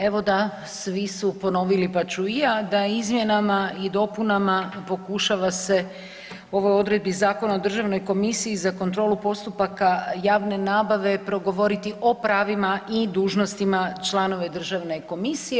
Evo da svi su ponovili pa ću i ja da izmjenama i dopunama pokušava se ovoj odredbi Zakona o Državnoj komisiji za kontrolu postupaka javne nabave progovoriti o pravima i dužnostima članova državne komisije.